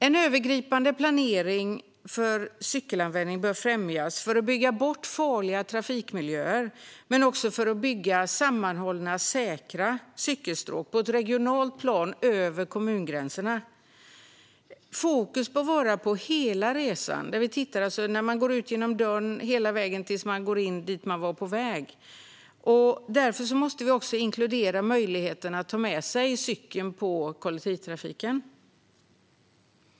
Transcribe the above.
En övergripande planering för cykelanvändning bör främjas för att bygga bort farliga trafikmiljöer men också för att på ett regionalt plan och över kommungränserna bygga sammanhållna, säkra cykelstråk. Fokus bör vara på hela resan. Man bör se på när man går ut genom dörren och hela vägen vidare tills man går in dit man är på väg. Därför måste vi även inkludera möjligheten att ta med sig cykeln i kollektivtrafiken.